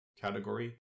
category